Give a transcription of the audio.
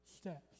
steps